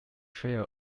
trail